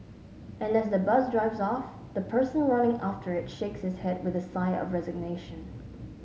and as the bus drives off the person running after it shakes his head with a sigh of resignation